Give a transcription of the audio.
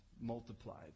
multiplied